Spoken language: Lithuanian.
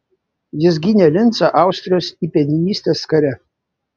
jis gynė lincą austrijos įpėdinystės kare